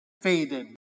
faded